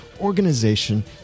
organization